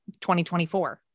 2024